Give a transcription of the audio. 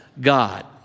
God